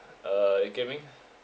uh you Kian Ming